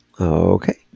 Okay